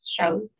shows